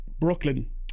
Brooklyn